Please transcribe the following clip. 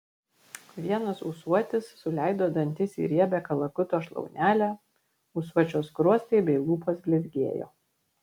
vienas ūsuotis suleido dantis į riebią kalakuto šlaunelę ūsuočio skruostai bei lūpos blizgėjo